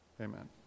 amen